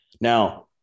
Now